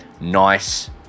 nice